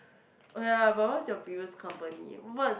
oh ya but what's your previous company what's